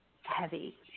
heavy